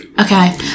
Okay